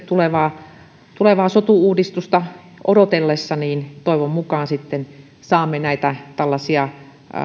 tulevaa tulevaa sotu uudistusta odotellessa että toivon mukaan sitten saamme näitä tällaisia